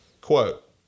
quote